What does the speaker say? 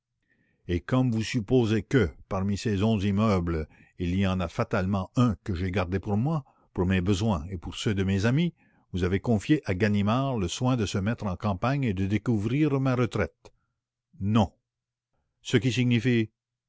et comme vous supposez que parmi ces onze immeubles il y en a fatalement un que j'ai gardé pour moi pour mes besoins et pour ceux de mes amis vous avec confié à ganimard le soin de se mettre en campagne et de découvrir ma retraite non ce qui signifie